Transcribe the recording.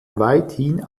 weithin